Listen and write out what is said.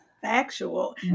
factual